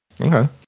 Okay